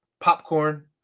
popcorn